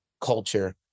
culture